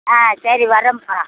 ஆ சரி வர்றம்ப்பா